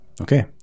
Okay